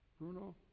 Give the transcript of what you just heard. Bruno